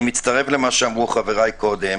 אני מצטרף למה שאמרו חבריי קודם.